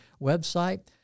website